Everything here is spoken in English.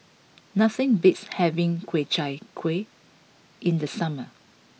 nothing beats having Ku Chai Kueh in the summer